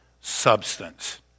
substance